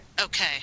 Okay